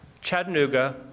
Chattanooga